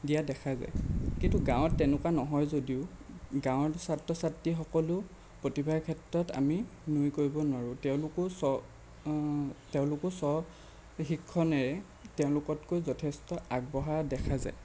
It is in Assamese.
দিয়া দেখা যায় কিন্তু গাঁৱত তেনেকুৱা নহয় যদিও গাঁৱৰ ছাত্ৰ ছাত্ৰীসকলো প্ৰতিভাৰ ক্ষেত্ৰত আমি নুই কৰিব নোৱাৰোঁ তেওঁলোকো সব শিক্ষণেৰে তেওঁলোকতকৈ যথেষ্ট আগবঢ়া দেখা যায়